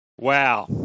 Wow